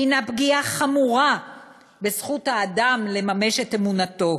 הנה פגיעה חמורה בזכות האדם לממש את אמונתו,